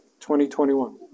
2021